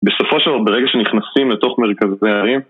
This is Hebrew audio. בסופו של דבר ברגע שנכנסים לתוך מרכזי הערים